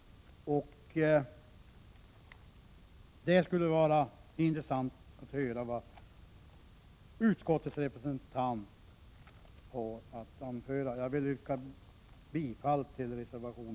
Det skulle vara intressant att få höra vad utskottets representant har att anföra. Jag yrkar bifall till vår reservation.